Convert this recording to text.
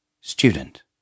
Student